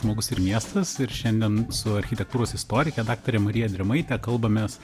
žmogus ir miestas ir šiandien su architektūros istorike daktare marija drėmaite kalbamės